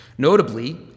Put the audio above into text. Notably